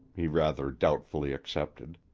he rather doubtfully accepted.